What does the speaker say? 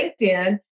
LinkedIn